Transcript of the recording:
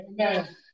Amen